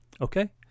Okay